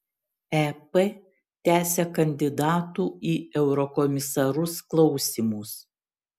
ep tęsia kandidatų į eurokomisarus klausymus